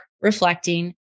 reflecting